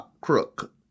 crook